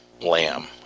lamb